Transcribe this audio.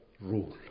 rule